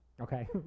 Okay